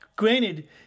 Granted